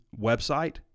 website